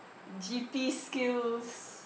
G_P skills